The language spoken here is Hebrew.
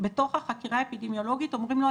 בתוך החקירה האפידמיולוגית אומרים לו,